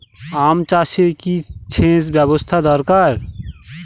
আম চাষে কি সেচ ব্যবস্থা দরকার?